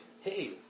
hey